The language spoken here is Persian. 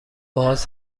باز